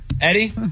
Eddie